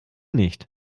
nicht